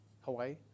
Hawaii